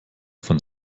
von